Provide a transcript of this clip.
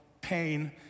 pain